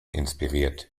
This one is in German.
inspiriert